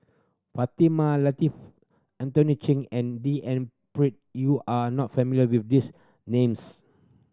Fatimah Lateef Anthony Chen and D N Pritt you are not familiar with these names